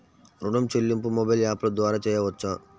ఋణం చెల్లింపు మొబైల్ యాప్ల ద్వార చేయవచ్చా?